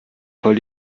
voll